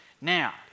now